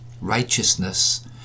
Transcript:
righteousness